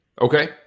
Okay